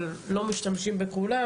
אבל לא משתמשים בכולם,